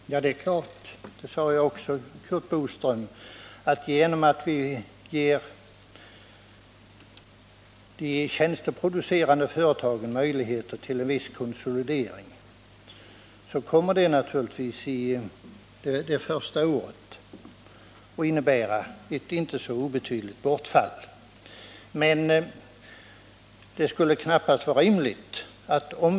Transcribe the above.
Herr talman! Det är klart — det sade jag också, Curt Boström — att när vi ger de tjänsteproducerande företagen möjligheter till en viss konsolidering, så kommer det under det första året att innebära ett inte så obetydligt skattebortfall.